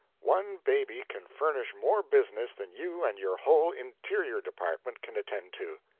one baby can furnish more business than you and your whole interior department can attend to.